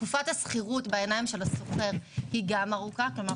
תקופת השכירות בעיניים של השוכר היא גם ארוכה כלומר,